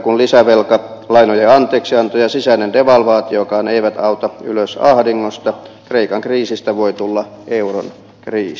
kun lisävelka anteeksianto ja sisäinen devalvaatiokaan eivät auta ylös ahdingosta kreikan kriisistä voi tulla euron kriisi